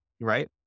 Right